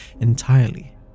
entirely